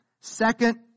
Second